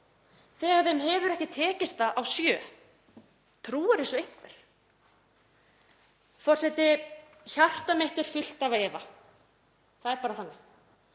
þegar þeim hefur ekki tekist það á sjö. Trúir þessu einhver? Forseti. Hjarta mitt er fullt af efa, það er bara þannig,